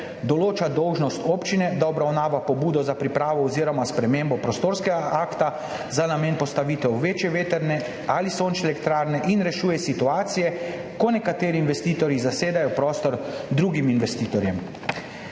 določa dolžnost občine, da obravnava pobudo za pripravo oziroma spremembo prostorskega akta za namen postavitve večje vetrne ali sončne elektrarne in rešuje situacije, ko nekateri investitorji zasedajo prostor drugim investitorjem.